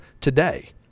Today